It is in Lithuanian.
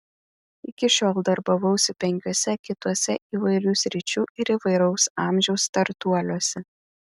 iki šiol darbavausi penkiuose kituose įvairių sričių ir įvairaus amžiaus startuoliuose